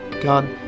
God